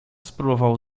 spróbował